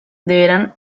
deberán